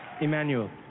Emmanuel